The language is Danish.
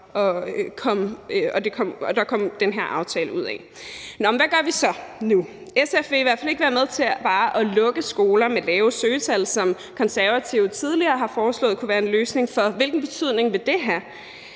med den her aftale. Men hvad gør vi så nu? SF vil i hvert fald ikke være med til bare at lukke skoler med lave søgningstal, som De Konservative tidligere har foreslået kunne være en løsning, for hvilken betydning vil det have